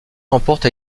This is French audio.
remporte